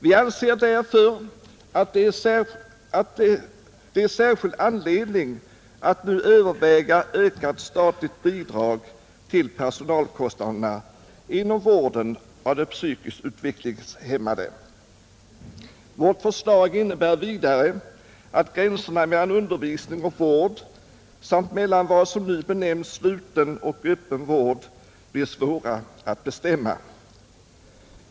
——— Vi anser därför att det är särskild anledning att nu överväga ökat statligt bidrag till personalkostnaderna inom vården av de psykiskt utvecklingshämmade. ——— Vårt förslag innebär vidare att gränserna mellan undervisning och vård samt mellan vad som nu benämns sluten och öppen vård blir svåra att bestämma.